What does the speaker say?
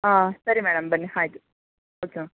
ಹಾಂ ಸರಿ ಮೇಡಮ್ ಬನ್ನಿ ಆಯ್ತು ಓಕೆ ಮ್ಯಾಮ್